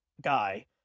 guy